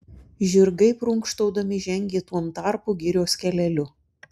žirgai prunkštaudami žengė tuom tarpu girios keleliu